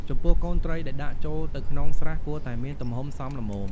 ចំពោះកូនត្រីដែលដាក់ចូលទៅក្នុងស្រះគួរតែមានទំហំសមល្មម។